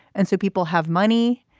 and so people have money.